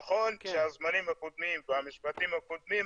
נכון שהזמנים הקודמים והמשפטים הקודמים,